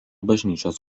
bažnyčios